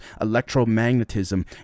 Electromagnetism